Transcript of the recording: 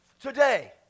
today